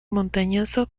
montañoso